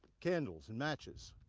candles and matches,